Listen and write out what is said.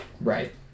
Right